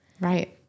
Right